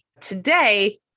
today